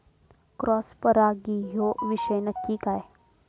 Cross परागी ह्यो विषय नक्की काय?